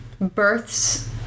births